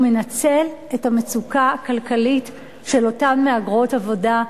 הוא מנצל את המצוקה הכלכלית של אותן מהגרות עבודה,